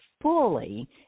fully